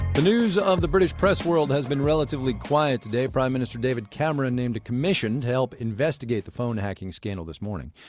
the news of the british press world has been relatively quiet today. prime minister david cameron named a commission to help investigate the phone hacking scandal this morning.